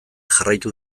jarraitu